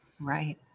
Right